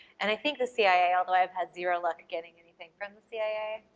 and i think the cia, although i've had zero luck getting anything from the cia,